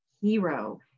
hero